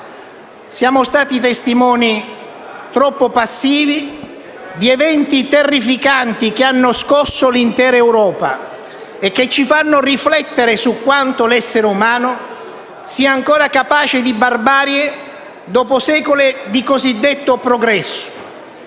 Siamo stati testimoni troppo passivi di eventi terrificanti che hanno scosso l'intera Europa e che ci fanno riflettere su quanto l'essere umano sia ancora capace di barbarie dopo secoli di cosiddetto progresso.